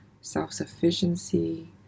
self-sufficiency